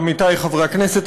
עמיתי חברי הכנסת,